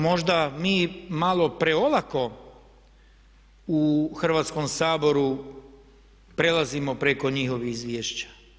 Možda mi malo preolako u Hrvatskom saboru prelazimo preko njihovih izvješća.